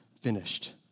finished